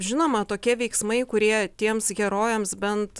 žinoma tokie veiksmai kurie tiems herojams bent